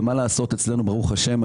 ומה לעשות שאצלנו ברוך השם,